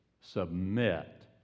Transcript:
submit